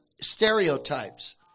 stereotypes